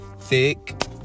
thick